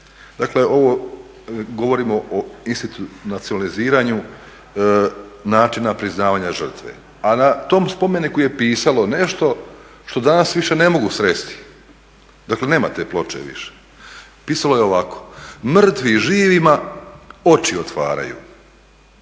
dakle ovo govorimo o institu nacionaliziranju načina priznavanja žrtva. A na tom spomeniku je pisalo nešto što danas više ne mogu sresti, dakle nema te ploče više. Pisalo je ovako: "Mrtvi živima oči otvaraju".